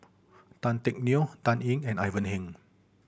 Tan Teck Neo Dan Ying and Ivan Heng